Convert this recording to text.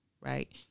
right